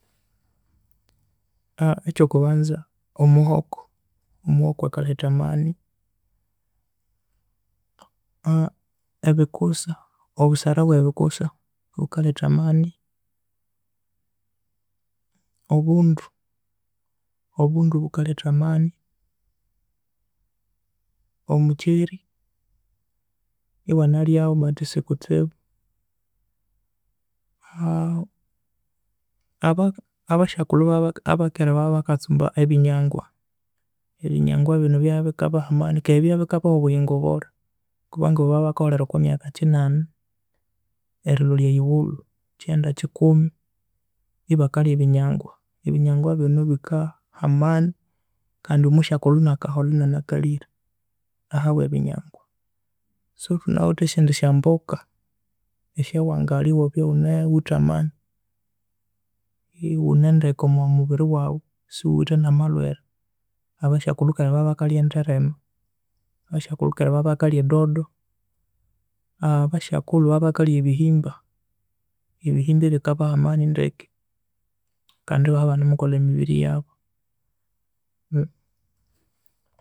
Ekyokubanza omuhoko omuhoko akalhetha amani, ebikusa obusara bwe bikusa bukalhetha amani, obundu bukalhetha amani, omukyeri ewanalhyaghu but isikutsibu aba- abasokulhu ba- bakera babya ba katsumba ebinyangwa keghe babya ebinyangwa binu byabya bikabaha amani keghe byabya bikabaha obuyingo bulhi kubanga bya babya bakaholhera okwa myaka kinani erilholhya eghighulhu kyenda kikumi ebakalhya ebinyangwa ebinyangwa binu bikaha amani kandi omushakulhu inakaholha enanakalhire ahabwe ebinyangwa so thunawithe esindi sya mboka esyawangalhya ewabya eghunawithe amani eghunendeke omwa mubiri waghu sighuwithe na malhwere abashakulhu kera babya bakalhya enderema, abashakulhu kera babya bakalhya edodo, abashakulhu babya bakalhya ebihimba ebihimba ebikabaha amani ndeke kandi ebabya ebanimukolha embiri yabu